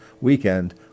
weekend